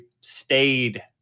stayed